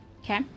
Okay